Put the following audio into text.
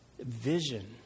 vision